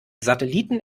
satelliten